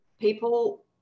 people